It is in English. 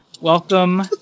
welcome